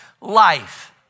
life